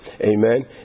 Amen